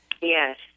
Yes